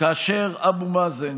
שכאשר אבו מאזן,